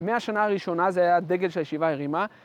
מהשנה הראשונה זה היה הדגל שהישיבה הרימה.